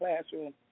classroom